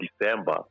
December